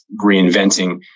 reinventing